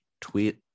tweet